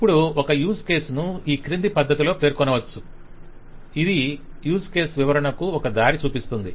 ఇప్పుడు ఒక use case ను ఈ క్రింది పద్ధతిలో పేర్కొనవచ్చు ఇది యూజ్ కేసు వివరణకు ఒక దారి చూపిస్తుంది